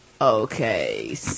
Okay